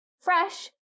fresh